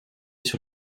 sur